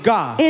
God